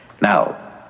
Now